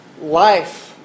life